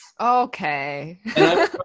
Okay